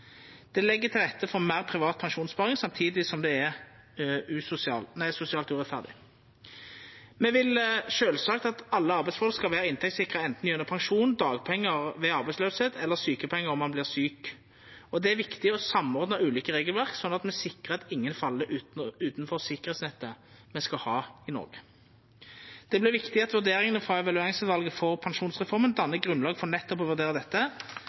Det legg til rette for meir privat pensjonssparing, samtidig som det er sosialt urettferdig. Me vil sjølvsagt at alle arbeidsfolk skal vera inntektssikra anten gjennom pensjon, dagpengar ved arbeidsløyse eller sjukepengar om ein vert sjuk. Og det er viktig å samordna ulike regelverk slik at me sikrar at ingen fell utanfor sikkerheitsnettet me skal ha i Noreg. Det vert viktig at vurderingane frå evalueringsutvalet for pensjonsreforma dannar grunnlag for nettopp å vurdera dette,